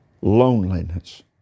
Loneliness